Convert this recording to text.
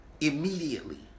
immediately